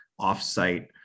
offsite